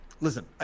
Listen